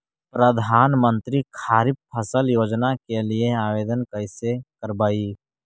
प्रधानमंत्री खारिफ फ़सल योजना के लिए आवेदन कैसे करबइ?